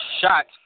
shot